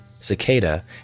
Cicada